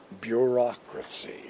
bureaucracy